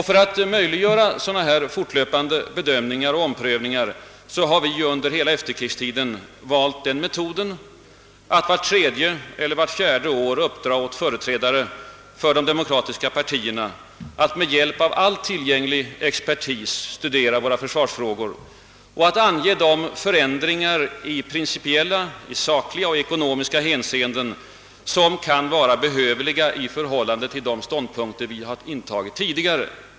För att möjliggöra dylika fortlöpande bedömningar och omprövningar har vi under hela efterkrigstiden valt den metoden att vart tredje eller fjärde år uppdra åt företrädare för de demokratiska partierna att med hjälp av all tillgänglig expertis studera våra försvarsfrågor och ange de förändringar i principiella, sakliga och ekonomiska hänseenden som kan vara behövliga i förhållande till de ståndpunkter vi har intagit tidigare.